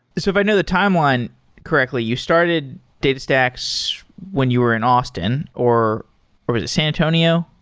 so if i know the timeline correctly, you started datastax when you are in austin, or or was it san antonio?